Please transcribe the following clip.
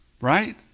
Right